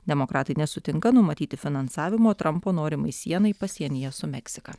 demokratai nesutinka numatyti finansavimo trampo norimai sienai pasienyje su meksika